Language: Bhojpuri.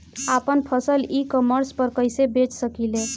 आपन फसल ई कॉमर्स पर कईसे बेच सकिले?